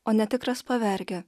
o netikras pavergia